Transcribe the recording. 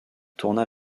tourna